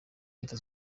leta